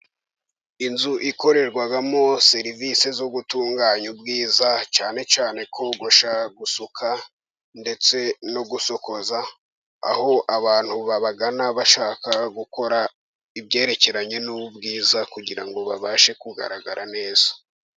Inzu ikorerwamo serivisi zo gutunganya ubwiza cyane cyane kogosha, gusuka ndetse no gusokoza aho abantu babagana bashaka gukora ibyerekeranye n'ubwiza, kugira ngo babashe kugaragara neza.